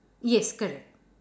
yes correct